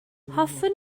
hoffwn